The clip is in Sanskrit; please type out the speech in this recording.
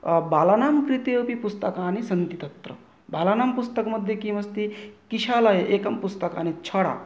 बालानां कृते अपि पुस्तकानि सन्ति तत्र बालानां पुस्तकमध्ये किम् अस्ति किशाला एकं पुस्तकानि छरा